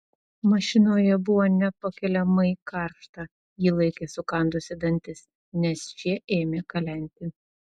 mašinoje buvo nepakeliamai karšta ji laikė sukandusi dantis nes šie ėmė kalenti